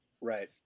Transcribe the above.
Right